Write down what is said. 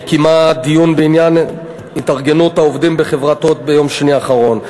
היא קיימה דיון בעניין התארגנות העובדים בחברת "הוט" ביום שני האחרון.